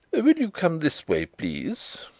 will you come this way, please?